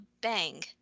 bang